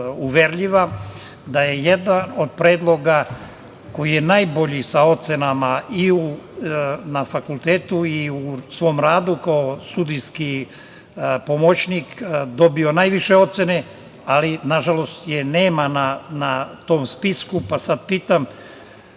uverljiva, da je jedan od predloga koji je najbolji sa ocenama i na fakultetu i u svom radu kao sudijski pomoćnik, dobio najviše ocene ali nažalost je nema na tom spisku. Sada pitam